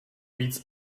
víc